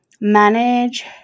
manage